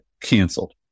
canceled